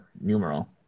numeral